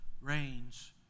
rains